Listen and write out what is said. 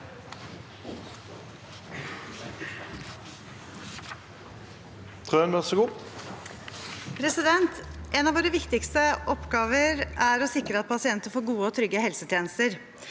En av våre viktigste oppgaver er å sikre at pasienter får gode og trygge helsetjenester.